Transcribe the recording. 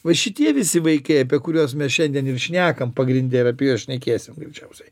va šitie visi vaikai apie kuriuos mes šiandien ir šnekam pagrinde ir apie juos šnekėsim greičiausiai